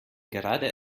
gerade